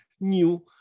new